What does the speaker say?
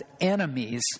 enemies